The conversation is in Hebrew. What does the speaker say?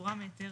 פטורה מהיתר